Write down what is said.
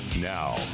Now